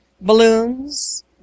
Balloons